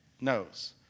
knows